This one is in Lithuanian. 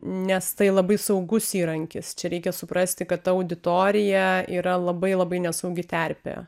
nes tai labai saugus įrankis čia reikia suprasti kad ta auditorija yra labai labai nesaugi terpė